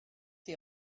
see